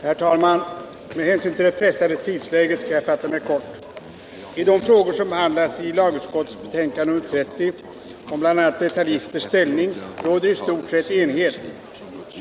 Herr talman! Med hänsyn till det pressade tidsläget skall jag fatta mig kort. I de frågor som behandlas i lagutskottets betänkande nr 30 om bl.a. detaljisters ställning råder i stort sett enighet.